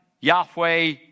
Yahweh